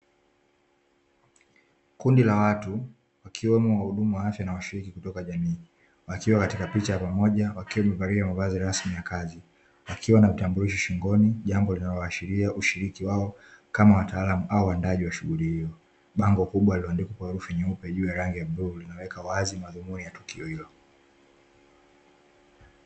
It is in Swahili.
Kundi la watu wakiwemo wahudumu na washiriki kutoka jamii, wakiwa katika picha ya pamoja wakiwa wamevalia mavazi rasmi ya kazi, wakiwa na vitambulisho shingoni jambo linaloashiria ushiriki wao kama wataalamu au waandaaji wa shughuli hiyo. Bango kubwa lililoandikwa kwa herufi nyeupe juu ya rangi ya bluu linaloweka wazi madhumuni ya tukio hilo.